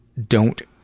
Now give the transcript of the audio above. don't